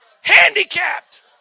handicapped